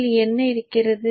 ல் என்ன இருக்கிறது